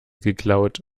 geklaut